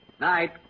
Night